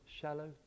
shallow